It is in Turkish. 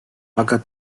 fakat